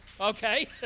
Okay